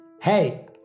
Hey